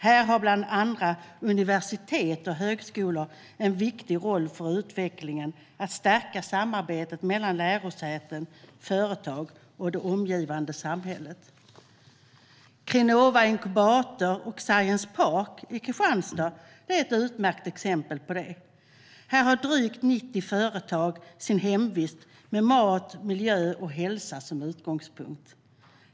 Här har bland andra universitet och högskolor en viktig roll för utvecklingen genom att stärka samarbete mellan lärosäten, företag och det omgivande samhället. Krinova Incubator och Science Park i Kristianstad är ett utmärkt exempel på detta. Här har drygt 90 företag sin hemvist med mat, miljö och hälsa som utgångspunkt.